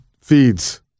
feeds